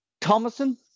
Thomason